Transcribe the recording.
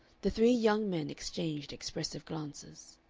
the three young men exchanged expressive glances.